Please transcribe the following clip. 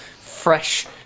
Fresh